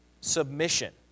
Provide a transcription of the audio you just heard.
submission